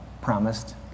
promised